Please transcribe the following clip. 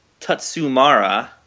Tatsumara